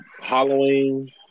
Halloween